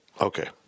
Okay